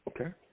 Okay